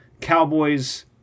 Cowboys